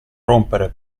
rompere